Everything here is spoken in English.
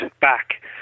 back